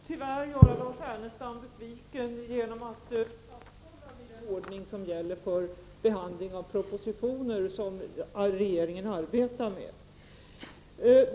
Herr talman! Jag måste tyvärr göra Lars Ernestam besviken genom att fastställa den ordning som gäller för behandling av propositioner som regeringen arbetar med.